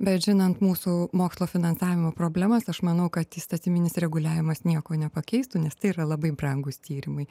bet žinant mūsų mokslo finansavimo problemas aš manau kad įstatyminis reguliavimas nieko nepakeistų nes tai yra labai brangūs tyrimai